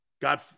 God